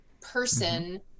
person